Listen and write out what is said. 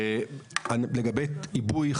לגבי עיבוי,